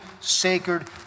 sacred